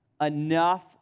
enough